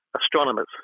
astronomers